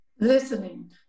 Listening